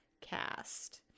cast